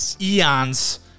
eons